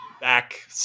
back